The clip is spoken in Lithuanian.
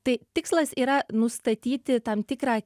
tai tikslas yra nustatyti tam tikrą